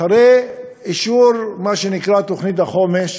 אחרי אישור מה שנקרא תוכנית החומש